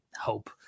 hope